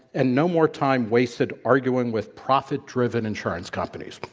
and no more time wasted arguing with profit-driven insurance companies.